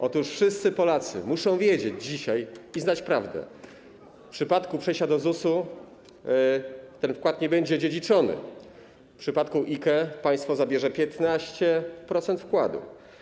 Otóż wszyscy Polacy muszą dzisiaj wiedzieć i znać prawdę: w przypadku przejścia do ZUS-u ten wkład nie będzie dziedziczony; w przypadku IKE państwo zabierze 15% wkładu.